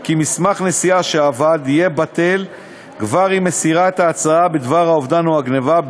כי מסמך נסיעה שאבד יהיה בטל כבר עם מסירת ההצהרה בדבר האובדן או הגנבה,